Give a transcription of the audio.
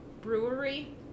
brewery